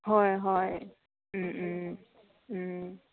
হয় হয়